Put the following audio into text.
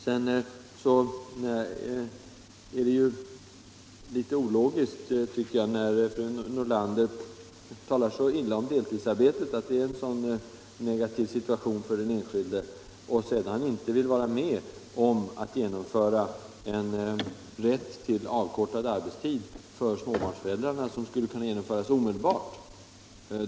Det är litet ologiskt av fru Nordlander att först tala så illa om deltidsarbete, som skulle medföra en negativ situation för den enskilde, men sedan inte vilja vara med om att genomföra en rätt till avkortad arbetstid för småbarnsföräldrarna, något som skulle kunna genomföras omedelbart.